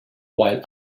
while